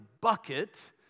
bucket